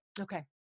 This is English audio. Okay